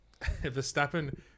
Verstappen